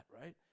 right